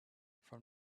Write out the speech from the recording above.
from